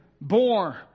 born